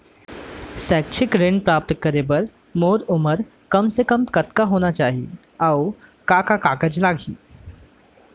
शैक्षिक ऋण प्राप्त करे बर मोर उमर कम से कम कतका होना चाहि, अऊ का का कागज लागही?